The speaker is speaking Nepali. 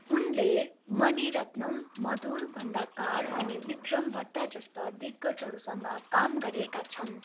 उनले मणिरत्नम मधुर भण्डाकार अनि विक्रम भट्टाजस्ता दिग्गजहरूसँग काम गरेका छन्